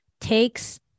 takes